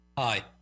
Hi